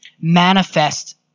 manifest